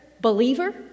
believer